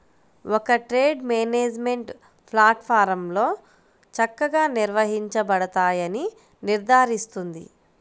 ఒక trade management ప్లాట్ఫారమ్లో చక్కగా నిర్వహించబడతాయని నిర్ధారిస్తుంది